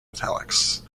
italics